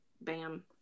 bam